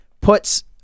puts